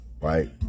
Right